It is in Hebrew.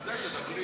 על זה תדברי.